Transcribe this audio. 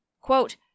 Quote